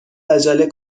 عجله